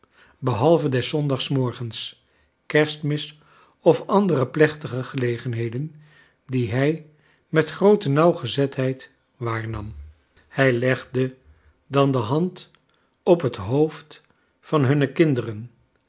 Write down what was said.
behalve des zondagsmorgens kerstmis of andere plechtige gelegenheden die liij met groote nauwgezetheid waa rnam hij legde dan de hand op het hoofd van hunne kinderen